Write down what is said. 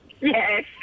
Yes